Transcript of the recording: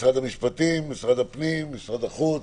משרד המשפטים, משרד הפנים, משרד החוץ?